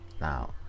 Now